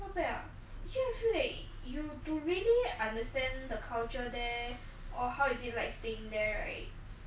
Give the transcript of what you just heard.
not bad ah just right you to really understand the culture there or how is it like staying there right